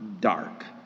dark